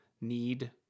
need